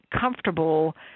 comfortable